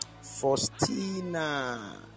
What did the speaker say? Faustina